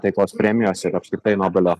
taikos premijos ir apskritai nobelio